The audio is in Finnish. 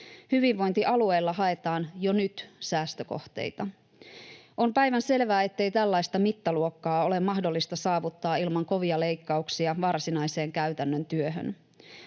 Hyvinvointialueilla haetaan jo nyt säästökohteita. On päivänselvää, ettei tällaista mittaluokkaa ole mahdollista saavuttaa ilman kovia leikkauksia varsinaiseen käytännön työhön.